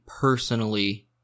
personally